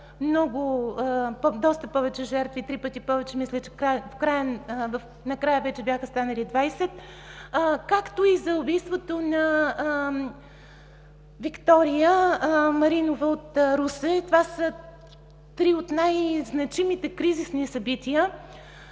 Своге с доста повече жертви – три пъти повече, мисля, че накрая вече бяха станали 20, както и за убийството на Виктория Маринова от Русе. Това са три от най-значимите кризисни събития.